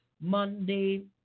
Monday